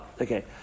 Okay